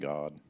God